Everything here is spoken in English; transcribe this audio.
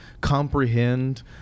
comprehend